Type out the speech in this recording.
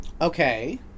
Okay